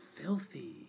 filthy